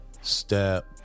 step